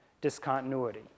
discontinuity